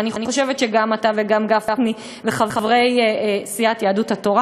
ואני חושבת שגם אתה וגם גפני וחברי סיעת יהדות התורה